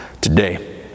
today